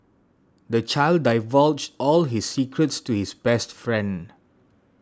the child divulged all his secrets to his best friend